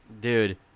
Dude